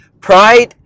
pride